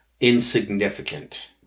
insignificant